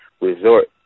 resort